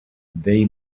they